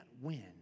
win